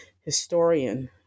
Historian